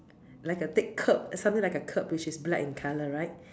like a thick curb something like a curb which is black in color right